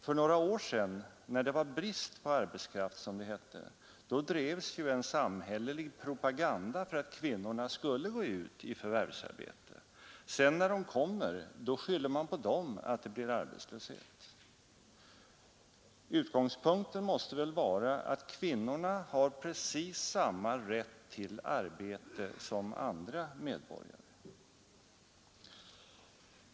För några år sedan, när det var brist på arbetskraft, som det hette, bedrevs en samhällelig propaganda för att kvinnorna skulle gå ut i förvärvsarbete. När de sedan kommer, skyller man på dem för att det blir arbetslöshet. Utgångspunkten måste väl vara att kvinnorna har precis samma rätt till arbete som de andra medborgarna.